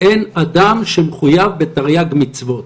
אין אדם שמחויב בתרי"ג מצוות,